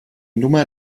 nummer